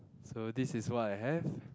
so this is what I have